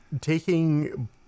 taking